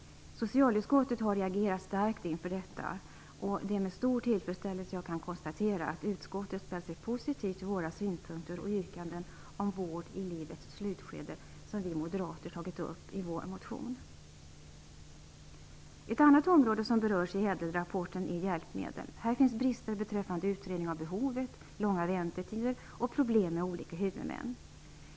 Socialutskottet har reagerat starkt inför detta, och det är med stor tillfredsställelse jag kan konstatera att utskottet ställt sig positivt till de synpunkter och yrkanden om vård i livets slutskede som vi moderater tagit upp i vår motion. Ett annat område som berörs i ÄDEL-rapporten är hjälpmedel. Här finns brister beträffande utredning av behovet, långa väntetider och problem med olika huvudmän.